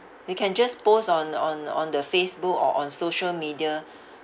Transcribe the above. they can just post on on on the Facebook or on social media